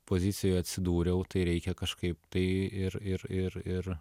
pozicijoj atsidūriau tai reikia kažkaip tai ir ir ir ir